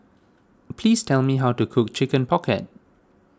please tell me how to cook Chicken Pocket